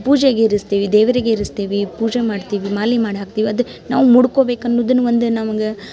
ಪೂಜೆಗೆ ಇರಿಸ್ತೀವಿ ದೇವ್ರಿಗೆ ಇರಿಸ್ತೀವಿ ಪೂಜೆ ಮಾಡ್ತೀವಿ ಮಾಲೆ ಮಾಡಿ ಹಾಕ್ತೀವಿ ಅದು ನಾವು ಮುಡ್ಕೊಬೇಕು ಅನ್ನುದನ್ನು ಒಂದು ನಮಗೆ